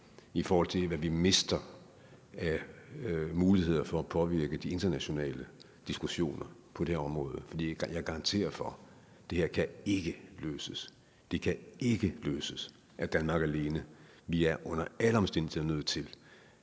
i forhold til hvad vi mister af muligheder for at påvirke de internationale diskussioner på det her område. Jeg garanterer for, at det her ikke kan løses af Danmark alene. Vi er under alle omstændigheder nødt til